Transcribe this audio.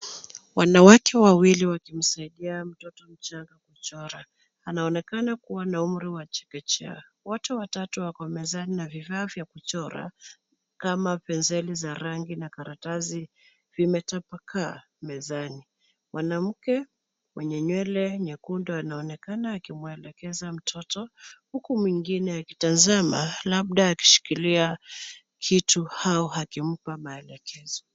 Wanawake wawili wakimsaidia mtoto mchanga kuchora. Anaonekana kuwa na umri wa chekechea. Wote watatu wako mezani na vifaa vya kuchora kama penseli za rangi na karatasi vimetapakaa mezani. Mwanamke mwenye nywele nyekundu anaonekana akimwelekeza mtoto huku mwingine akitazama labda akishikilia kitu au akimpa maelekezo.